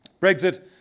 Brexit